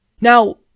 Now